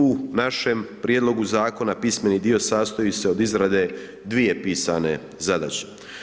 U našem prijedlogu zakona pismeni dio sastoji se od izrade dvije pisane zadaće.